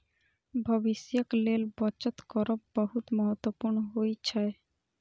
भविष्यक लेल बचत करब बहुत महत्वपूर्ण होइ छै